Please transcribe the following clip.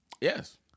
Yes